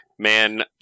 Man